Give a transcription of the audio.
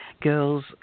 girls